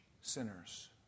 sinners